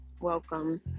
Welcome